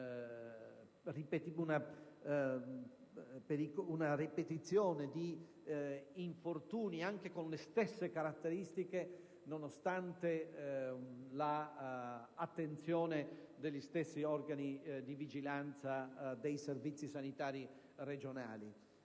una ripetizione di infortuni, anche con le stesse caratteristiche, nonostante l'attenzione degli organi di vigilanza dei servizi sanitari regionali.